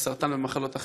בסרטן ובמחלות אחרות.